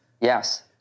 Yes